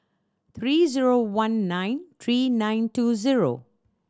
three zero one nine three nine two zero